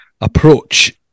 approach